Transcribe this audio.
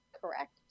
Correct